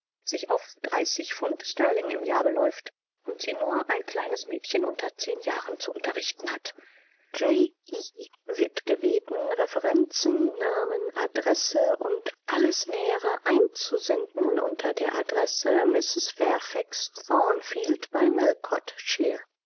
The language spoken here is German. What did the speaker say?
sich auf dreißig pfund sterling im jahr beläuft und sie nur ein kleines mädchen unter zehn jahren zu unterrichten hat j e wird gebeten referenzen namen adresse und alles nähere einzusenden unter der adresse mrs